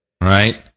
right